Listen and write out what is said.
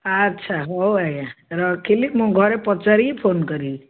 ଆଚ୍ଛା ହଉ ଆଜ୍ଞା ରଖିଲି ମୁଁ ଘରେ ପଚାରିକି ଫୋନ କରିବି